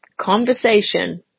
conversation